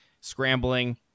scrambling